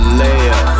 layer